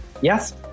Yes